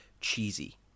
cheesy